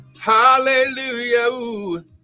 Hallelujah